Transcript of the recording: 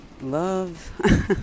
love